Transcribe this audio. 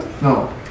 No